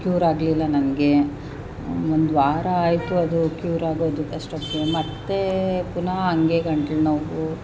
cure ಆಗಲಿಲ್ಲ ನನಗೆ ಒಂದು ವಾರ ಆಯಿತು ಅದು ಕ್ಯೂರ್ ಆಗೋದು ಅಷ್ಟೊತ್ತಿಗೆ ಮತ್ತೆ ಪುನಃ ಹಾಗೆ ಗಂಟ್ಲು ನೋವು